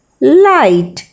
light